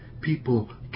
People